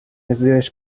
زیرش